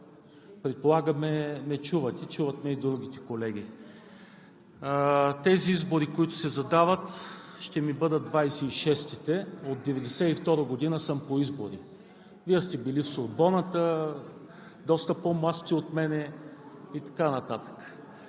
Предполагам, че ме чувате, чуват ме и другите колеги. Изборите, които се задават, ще ми бъдат 26-те – от 1992 г. съм по избори. Вие сте били в Сорбоната, доста по-млад сте от мен и така нататък.